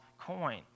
coin